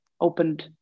opened